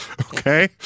Okay